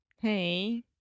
hey